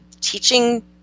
teaching